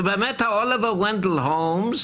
ובאמת אוליבר ונדל הולמס